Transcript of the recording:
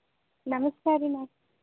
ನಮಸ್ಕಾರ ರೀ ಮ್ಯಾಮ್